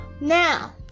Now